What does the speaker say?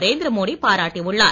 நரேந்திர மோடி பாராட்டியுள்ளார்